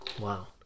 Wow